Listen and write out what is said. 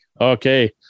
okay